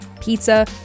pizza